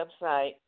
website